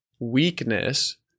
weakness